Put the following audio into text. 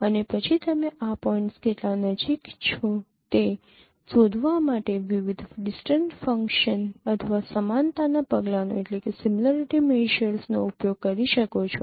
અને પછી તમે આ પોઇન્ટ્સ કેટલા નજીક છો તે શોધવા માટે વિવિધ ડિસ્ટન્સ ફંક્શન્સ અથવા સમાનતાનાં પગલાંનો ઉપયોગ કરી શકો છો